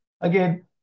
Again